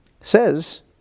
says